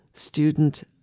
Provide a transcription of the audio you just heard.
Student